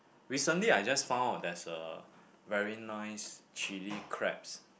recently I just found there's a very nice chili crabs